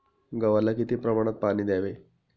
गव्हाला किती प्रमाणात पाणी द्यावे?